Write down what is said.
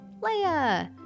Leia